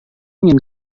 ingin